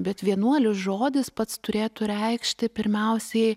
bet vienuolis žodis pats turėtų reikšti pirmiausiai